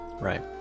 Right